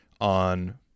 on